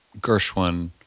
Gershwin